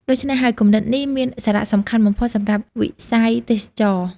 ដូច្នេះហើយ គំនិតនេះមានសារៈសំខាន់បំផុតសម្រាប់វិស័យទេសចរណ៍។